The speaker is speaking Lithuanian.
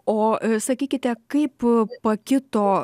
o sakykite kaip pakito